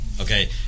okay